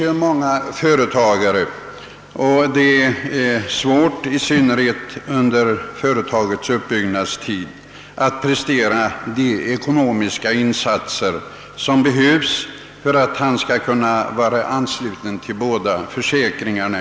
För många företagare är det svårt, i synnerhet under företagets uppbyggnadstid, att prestera de ekonomiska insatser som behövs för att de skall kunna vara anslutna till båda försäkringarna.